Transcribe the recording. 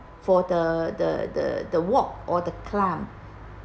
for the the the the walk or the climb